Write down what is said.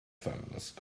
feminist